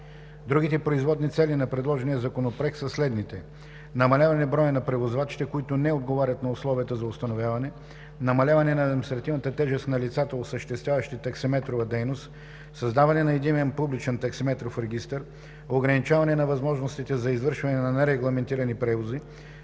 Другите производни цели на предложения законопроект са следните: намаляване броя на превозвачите, които не отговарят на условията за установяване; намаляване на административната тежест на лицата, осъществяващи таксиметрова дейност; създаване на единен публичен таксиметров регистър; ограничаване на възможностите за извършване на нерегламентирани превози;